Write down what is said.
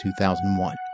2001